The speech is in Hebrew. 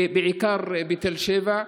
ובעיקר בתל שבע.